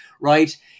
right